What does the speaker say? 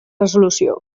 resolució